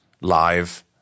live